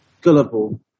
gullible